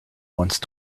once